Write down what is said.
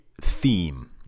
theme